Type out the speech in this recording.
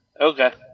Okay